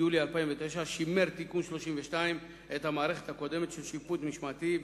יולי 2009 שימר תיקון 32 את המערכת הקודמת של שיפוט משמעתי,